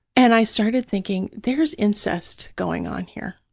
and i started thinking, there is incest going on here.